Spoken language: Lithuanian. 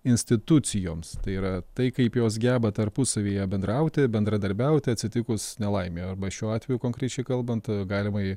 institucijoms tai yra tai kaip jos geba tarpusavyje bendrauti bendradarbiauti atsitikus nelaimei arba šiuo atveju konkrečiai kalbant galimai